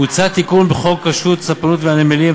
מוצע תיקון בחוק רשות הספנות והנמלים,